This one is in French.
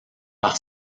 par